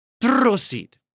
proceed